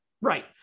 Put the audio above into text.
Right